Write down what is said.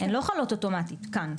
הן לא חלות אוטומטית כאן,